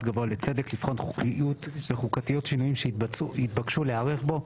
גבוה לצדק לבחון חוקיות וחוקתיות שינויים שיתבקשו להיערך בו,